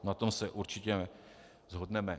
Na tom se určitě shodneme.